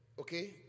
okay